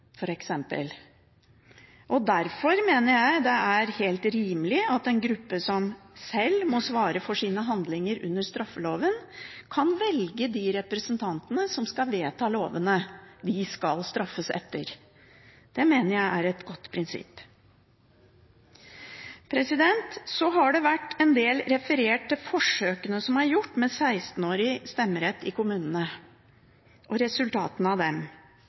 og derfor mener jeg at det er helt rimelig at en gruppe som sjøl må svare for sine handlinger under straffeloven, kan velge de representantene som skal vedta lovene de skal straffes etter. Det mener jeg er et godt prinsipp. Så har det vært referert en del til de forsøkene som er gjort med 16 åringers stemmerett i kommunene, og resultatene av dem.